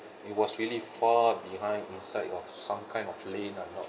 it was really far behind inside of some kind of lane I'm not